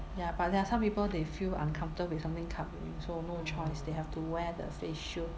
ya but there are some people they feel uncomfortable with something covering so no choice they have to wear the face shield